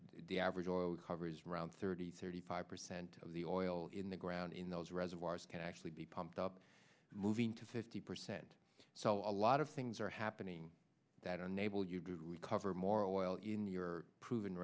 the average oil hovers around thirty thirty five percent of the oil in the ground in those reservoirs can actually be pumped up moving to fifty percent so a lot of things are happening that are unable you do recover more oil in your proven